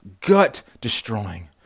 gut-destroying